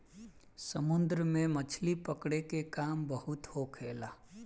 समुन्द्र में मछली पकड़े के काम बहुत होखेला